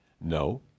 No